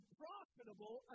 profitable